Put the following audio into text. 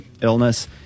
illness